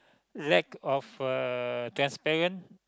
lack of uh transparent